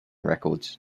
records